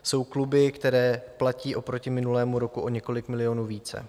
Jsou kluby, které platí oproti minulému roku o několik milionů více.